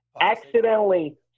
accidentally